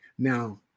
Now